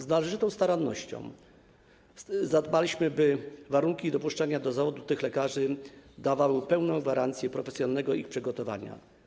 Z należytą starannością zadbaliśmy, by warunki dopuszczenia do zawodu tych lekarzy dawały pełną gwarancję profesjonalnego ich przygotowania.